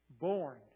born